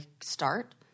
start